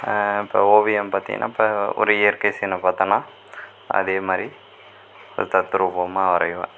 இப்போ ஓவியம் பார்த்தீங்கன்னா இப்போ ஒரு இயற்கை சீனை பார்த்தேன்னா அதே மாதிரி தத்ரூபமாக வரைவேன்